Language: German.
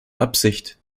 absicht